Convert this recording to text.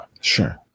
Sure